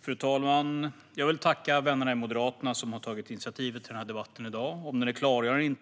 Fru talman! Jag vill tacka vännerna i Moderaterna som tog initiativet till denna debatt.